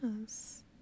Yes